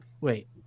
wait